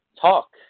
Talk